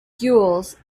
gules